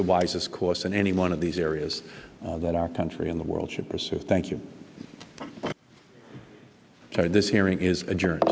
the wisest course in any one of these areas that our country in the world should pursue thank you jerry this hearing is adjourn